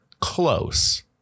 close